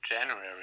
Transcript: January